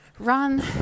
run